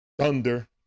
Thunder